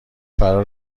فرا